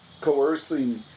coercing